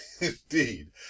indeed